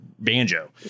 banjo